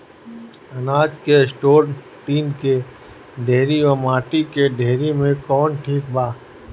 अनाज के store tin के डेहरी व माटी के डेहरी मे कवन ठीक बा?